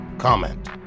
comment